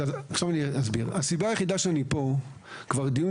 אני אסביר: הסיבה היחידה שאני פה כבר דיון